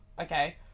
okay